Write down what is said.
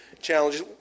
challenges